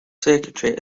secretary